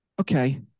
Okay